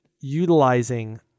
utilizing